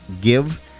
give